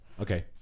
Okay